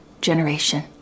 generation